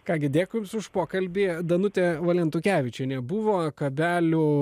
ką gi dėkui už pokalbį danutė valentukevičienė buvo kabelių